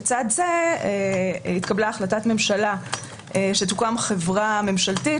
לצד זה התקבלה החלטת ממשלה שתוקם חברה ממשלתית